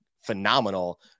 phenomenal